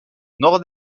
nord